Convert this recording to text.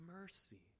Mercy